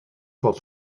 fod